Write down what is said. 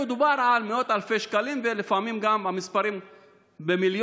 מדובר על מאות אלפי שקלים ולפעמים המספרים גם במיליונים,